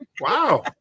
Wow